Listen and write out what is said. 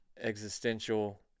existential